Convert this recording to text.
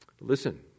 Listen